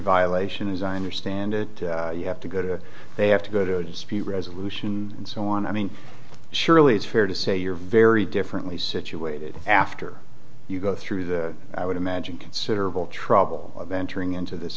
violation as i understand it you have to go to they have to go to dispute resolution and so on i mean surely it's fair to say you're very differently situated after you go through the i would imagine considerable trouble of entering into this